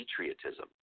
patriotism